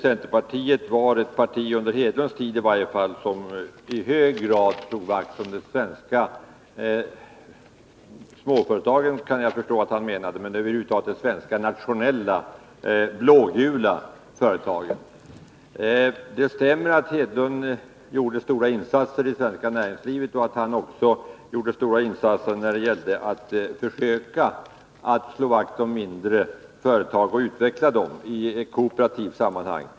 Centerpartiet var enligt Carl-Henrik Hermansson ett parti som i varje fall under Gunnar Hedlunds tid i hög grad slog vakt om de svenska småföretagen och över huvud taget de nationella, blågula företagen. Det stämmer att Gunnar Hedlund gjorde stora insatser i det svenska näringslivet liksom stora insatser för att försöka slå vakt om mindre företag och utveckla dem i kooperativt sammanhang.